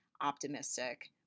optimistic